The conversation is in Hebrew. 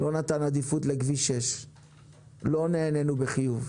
לא נתן עדיפות לכביש 6. לא נענינו בחיוב.